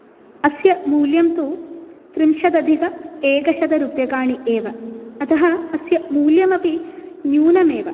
अस्य मूल्यं तु त्रिंशदधिक् एकशतरूप्यकाणि एव अतः अस्य मूल्यमपि न्यूनमेव